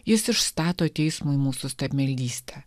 jis išstato teismui mūsų stabmeldystę